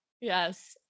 Yes